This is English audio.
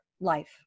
life